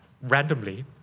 randomly